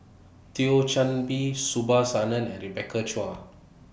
Thio Chan Bee Subhas Anandan and Rebecca Chua